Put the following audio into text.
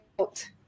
out